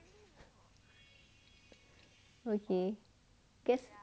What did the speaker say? okay guess